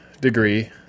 degree